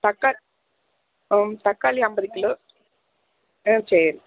தக்காளி ம் தக்காளி ஐம்பது கிலோ சரி